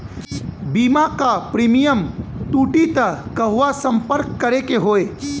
बीमा क प्रीमियम टूटी त कहवा सम्पर्क करें के होई?